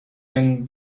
ein